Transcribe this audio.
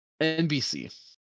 NBC